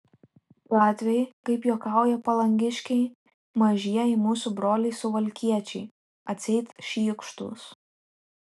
latviai kaip juokauja palangiškiai mažieji mūsų broliai suvalkiečiai atseit šykštūs